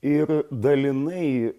ir dalinai